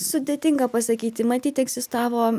sudėtinga pasakyti matyt egzistavo